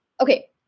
okay